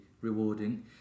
rewarding